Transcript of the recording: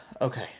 Okay